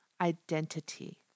identity